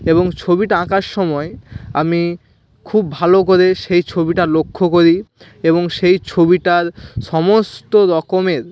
এবং ছবিটা আঁকার সময় আমি খুব ভালো করে সেই ছবিটা লক্ষ্য করি এবং সেই ছবিটার সমস্ত রকমের